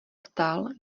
ptal